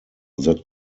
that